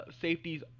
safeties